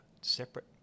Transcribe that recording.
separate